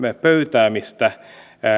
pöytäämistä